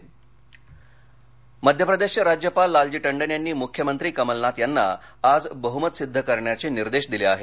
मध्यप्रदेश मध्यप्रदेशचे राज्यपाल लालजी टंडन यांनी मुख्यमंत्री कमलनाथ यांना आज बहमत सिद्ध करण्याचे निर्देश दिले आहेत